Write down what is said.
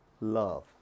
love